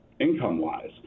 income-wise